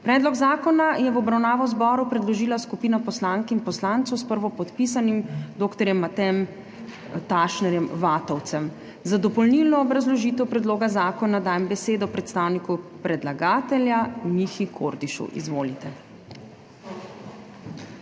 Predlog zakona je v obravnavo zboru predložila skupina poslank in poslancev s prvopodpisanim dr. Matejem Tašnerjem Vatovcem. Za dopolnilno obrazložitev predloga zakona dajem besedo predstavniku predlagatelja Mihi Kordišu. Izvolite.